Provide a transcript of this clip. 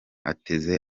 ateze